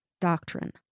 Doctrine